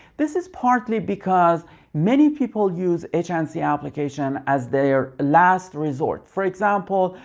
this is partly because many people use h and c applications as their last resort. for example,